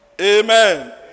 Amen